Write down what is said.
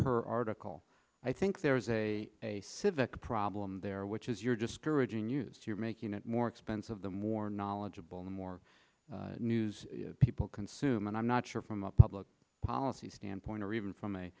per article i think there is a civic problem there which is your discouraging use you're making it more expensive the more knowledgeable more news people consume and i'm not sure from a public policy standpoint or even from